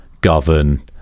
govern